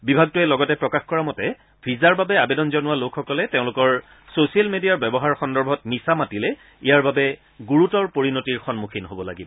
বিভাগটোৱে লগতে প্ৰকাশ কৰা মতে ভিছাৰ বাবে আবেদন জনোৱা লোকসকলে তেওঁলোকৰ ছচিয়েল মেডিয়াৰ ব্যৱহাৰ সন্দৰ্ভত মিছা মাতিলে ইয়াৰ বাবে গুৰুতৰ পৰিণতিৰ সন্মুখীন হ'ব লাগিব